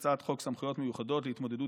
זוהי הצעת חוק סמכויות מיוחדות להתמודדות